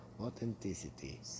authenticity